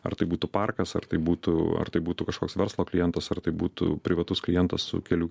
ar tai būtų parkas ar tai būtų ar tai būtų kažkoks verslo klientas ar tai būtų privatus klientas su kelių